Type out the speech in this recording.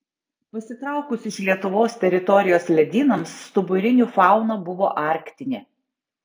pasitraukus iš lietuvos teritorijos ledynams stuburinių fauna buvo arktinė